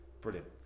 Brilliant